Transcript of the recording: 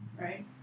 Right